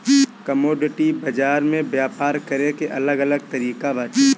commodity बाजार में व्यापार करे के अलग अलग तरिका बाटे